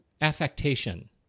affectation